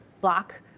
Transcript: block